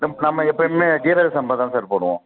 நம் நம்ம எப்போயுமே ஜீரக சம்பா தான் சார் போடுவோம்